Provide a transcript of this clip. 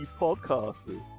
podcasters